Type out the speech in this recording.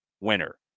winner